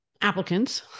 applicants